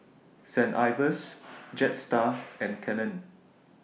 Saint Ives Jetstar and Canon